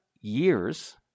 years